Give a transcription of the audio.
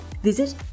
Visit